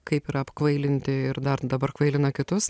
kaip yra apkvailinti ir dar dabar kvailina kitus